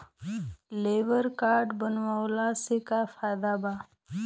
Labour card बनवाला से का फायदा बा?